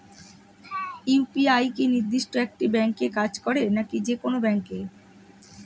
UPI কি নির্দিষ্ট একটি ব্যাংকে কাজ করে নাকি যে কোনো ব্যাংকে?